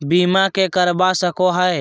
बीमा के करवा सको है?